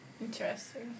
Interesting